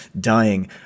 dying